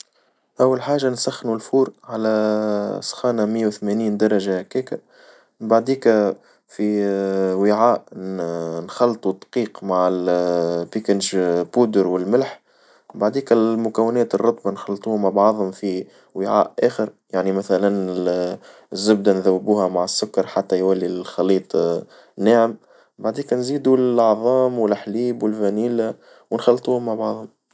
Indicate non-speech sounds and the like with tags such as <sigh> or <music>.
أول حاجة نسخنو الفور على <hesitation> سخانة مية وثمانين درجة هكاك بعديكا في <hesitation> وعاء نخلطو الدقيق مع البيكينج باودر والملح، بعديكا المكونات الرطبة نخلطوهم مع بعضهم في وعاء آخر يعني مثلا <hesitation> الزبدة نذوبوها مع السكر حتى يولي الخليط <hesitation> ناعم بعديكا نزيدوا العظام والحليب والفانيلا ونخلطوهم مع بعض.